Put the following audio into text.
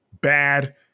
bad